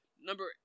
Number